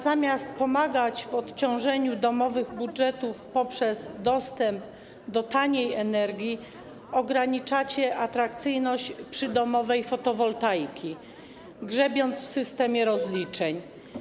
Zamiast pomagać w odciążeniu domowych budżetów poprzez dostęp do taniej energii, ograniczacie atrakcyjność przydomowej fotowoltaiki, grzebiąc w systemie rozliczeń.